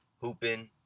hooping